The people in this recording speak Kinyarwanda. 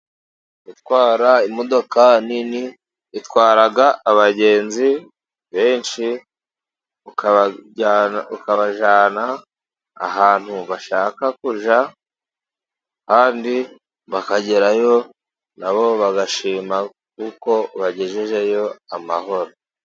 Gutwara imodoka nini, utwara abagenzi benshi, ukabajyana ahantu bashaka kujya, kandi bakagerayo nabo bagashima kuko ubagejejeyo amahoro.